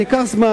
זה ייקח זמן.